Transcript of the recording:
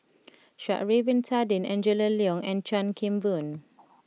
Sha'ari Bin Tadin Angela Liong and Chan Kim Boon